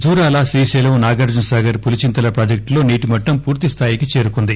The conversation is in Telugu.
జూరాల శ్రీశైలం నాగార్జునసాగర్ పులీచింతల ప్రాజెక్టుల్లో నీటిమట్టం పూర్తిస్టాయికి చేరుకుంది